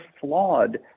flawed